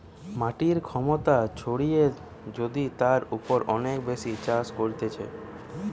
মাটির ক্ষমতা ছাড়িয়ে যদি তার উপর অনেক বেশি চাষ করতিছে